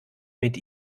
mit